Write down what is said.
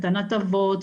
מתן הטבות,